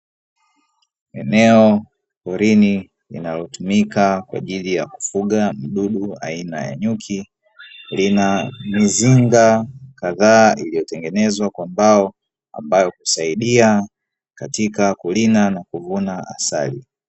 Eneo porini linalotumika kwaajili ya kufuga mdudu aina ya nyuki, lina mizinga kadhaa inayotengezwa kwa mbao ambayo husaidia katika kurina na kuvuna asali.